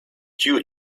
you